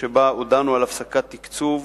שבה הודענו על הפסקת תקצוב